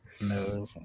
No